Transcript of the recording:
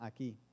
aquí